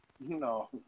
No